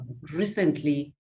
recently